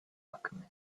alchemist